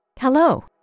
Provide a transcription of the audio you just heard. Hello